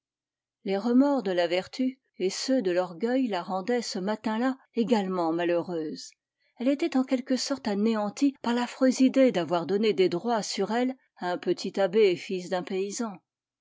les remords de la vertu et ceux de l'orgueil la rendaient ce matin-là également malheureuse elle était en quelque sorte anéantie par l'affreuse idée d'avoir donné des droits sur elle à un petit abbé fils d'un paysan